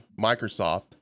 Microsoft